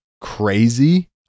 crazy